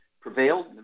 prevailed